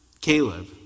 Caleb